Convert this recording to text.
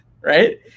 Right